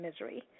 misery